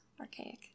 archaic